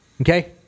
Okay